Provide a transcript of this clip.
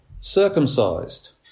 circumcised